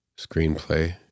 screenplay